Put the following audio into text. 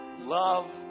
love